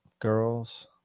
girls